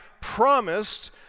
promised